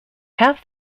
have